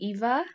Eva